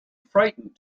frightened